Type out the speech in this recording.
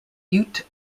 ute